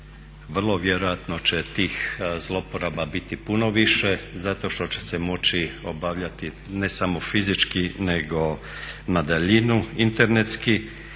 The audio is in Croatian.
vrlo vjerojatno će tih zloporaba biti puno više zato što će se moći obavljati ne samo fizički nego na daljinu, internetski,